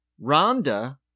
Rhonda